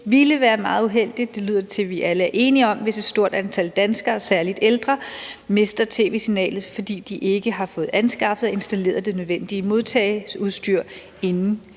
ville være meget uheldigt – det lyder det til vi alle er enige om – hvis et stort antal danskere, særlig ældre, mister tv-signalet, fordi de ikke har fået anskaffet og installeret det nødvendige modtageudstyr inden